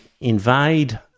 invade